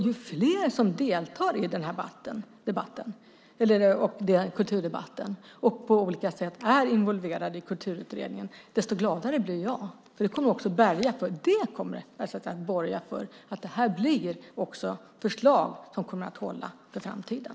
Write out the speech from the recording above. Ju fler som deltar i kulturdebatten och på olika sätt är involverade i kulturutredningen desto gladare blir jag. Det kommer att borga för att det här blir förslag som kommer att hålla för framtiden.